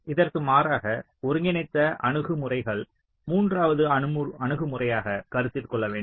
இதற்கு மாறாக ஒருங்கிணைந்த அணுகுமுறைகள் மூன்றாவது அணுகுமுறையாக கருத்தில் கொள்ள வேண்டும்